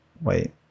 wait